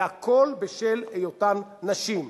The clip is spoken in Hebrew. והכול בשל היותן נשים.